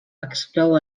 exclou